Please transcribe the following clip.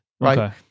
right